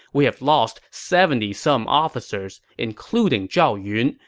we have lost seventy some officers, including zhao yun,